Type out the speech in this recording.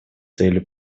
целью